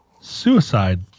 suicide